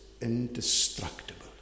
indestructible